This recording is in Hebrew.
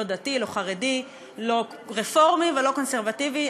לא דתי, לא חרדי, לא רפורמי ולא קונסרבטיבי.